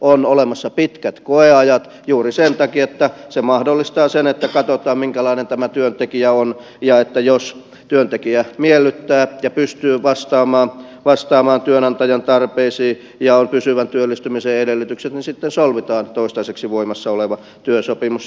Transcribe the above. on olemassa pitkät koeajat juuri sen takia että se mahdollistaa sen että katsotaan minkälainen tämä työntekijä on ja jos työntekijä miellyttää ja pystyy vastaamaan työnantajan tarpeisiin ja on pysyvän työllistymisen edellytykset niin sitten solmitaan toistaiseksi voimassa oleva työsopimus